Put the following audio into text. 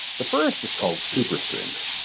the first is called superstrings.